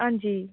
हांजी